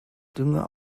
dünger